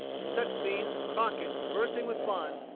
in such scenes, crockett, bursting with fun,